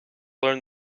learn